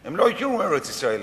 הם לא הכירו ארץ-ישראל אחרת.